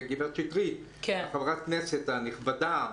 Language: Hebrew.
חברת הכנסת שטרית הנכבדה,